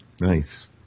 Nice